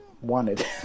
wanted